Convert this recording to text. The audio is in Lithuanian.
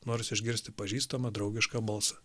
norisi išgirsti pažįstamą draugišką balsą